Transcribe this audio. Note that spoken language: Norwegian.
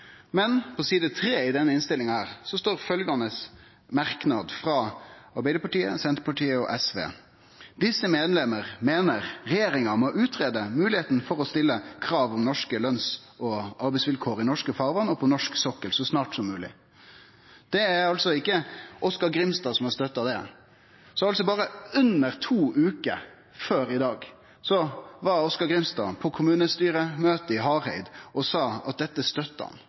Men på side 3 i denne innstillinga står følgjande merknad frå Arbeidarpartiet, Senterpartiet og SV: «Disse medlemmer mener derfor regjeringen må utrede muligheten for å stille krav om norske lønns- og arbeidsvilkår i norske farvann og på norsk sokkel så snart som mulig.» Det har altså ikkje Oskar Grimstad støtta. For berre under to veker sidan frå i dag var Oskar Grimstad på kommunestyremøte i Hareid og sa at dette støtta han,